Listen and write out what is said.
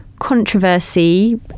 controversy